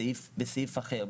בסעיף אחר,